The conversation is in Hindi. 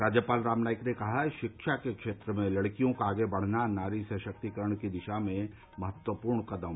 राज्यपाल राम नाईक ने कहा शिक्षा के क्षेत्र में लड़कियों का आगे बढ़ना नारी सशक्तिकरण की दिशा में महत्वपूर्ण कदम